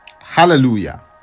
Hallelujah